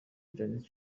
janet